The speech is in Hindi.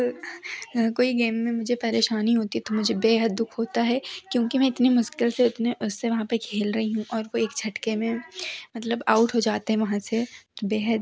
कोई गेम में मुझे परेशानी होती है तो मुझे बेहद दुख होता है क्यूंकि मैं इतनी मुश्किल से इतने उससे वहाँ पर खेल रही हूँ और वह एक झटके में मतलब आउट हो जाते हैं वहाँ से तो बेहद